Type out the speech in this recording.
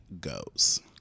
goes